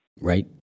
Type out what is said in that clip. Right